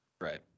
Right